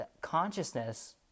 consciousness